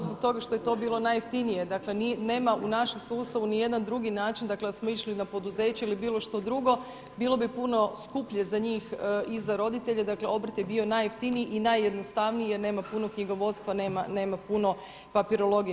Zbog toga što je to bilo najjeftinije, dakle nema u našem sustavu nijedan drugi način da smo išli na poduzeće ili na bilo što drugo, bilo bi puno skuplje za njih i za roditelje, dakle obrt je bio najjeftiniji i najjednostavniji jer nema puno knjigovodstva, nema puno papirologije.